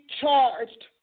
charged